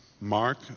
Mark